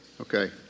Okay